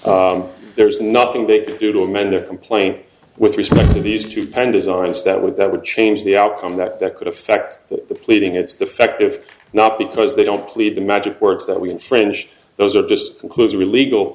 court there is nothing they will mend their complaint with respect to these two pen designs that would that would change the outcome that that could affect the pleading it's defective not because they don't plead the magic words that we infringe those are just closer legal